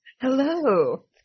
hello